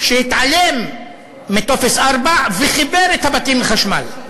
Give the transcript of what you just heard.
שהתעלם מטופס 4 וחיבר את הבתים לחשמל.